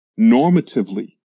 normatively